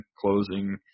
closing